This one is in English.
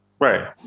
Right